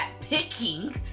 picking